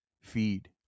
feed